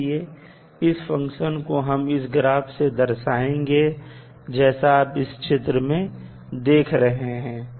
इसलिए इस फंक्शन को हम इस ग्राफ से दर्शआएंगे जैसा आप इस चित्र में देख रहे हैं